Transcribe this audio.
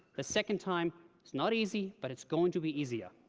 a second time it's not easy, but it's going to be easier.